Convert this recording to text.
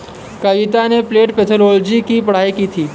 कविता ने plant pathology की पढ़ाई की है